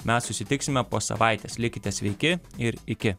mes susitiksime po savaitės likite sveiki ir iki